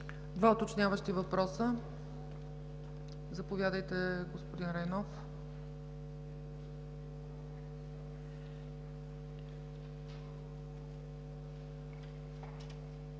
Два уточняващи въпроса. Заповядайте, господин Райнов.